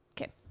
okay